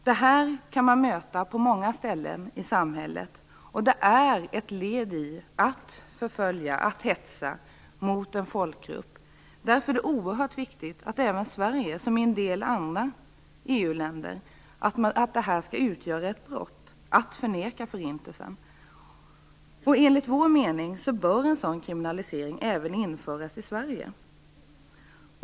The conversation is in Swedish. Det här kan man möta på många håll i samhället, och det är ett led i att förfölja och hetsa mot en folkgrupp. Därför är det oerhört viktigt att det i Sverige, som i en del andra EU-länder, skall utgöra ett brott att förneka förintelsen. Enligt vår mening bör en sådan kriminalisering även införas i Sverige.